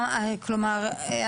כלומר,